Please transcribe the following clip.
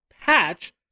patch